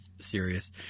serious